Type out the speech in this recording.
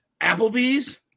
Applebee's